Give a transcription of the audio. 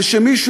שמישהו,